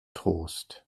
trost